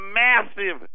massive